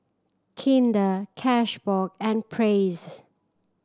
Kinder Cashbox and Praise